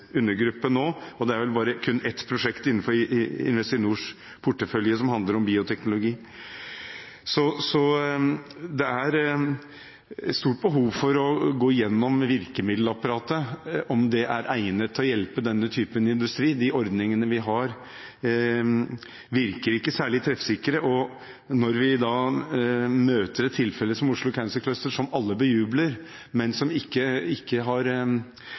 undergruppe nå. Det er vel kun ett prosjekt innenfor Investinors portefølje som handler om bioteknologi. Det er stort behov for å gå gjennom virkemiddelapparatet, om det er egnet til å hjelpe denne typen industri. De ordningene vi har, virker ikke særlig treffsikre. Når vi møter et tilfelle som Oslo Cancer Cluster, som alle bejubler, men som ikke har noen muligheter innenfor noen ordninger, mener jeg ikke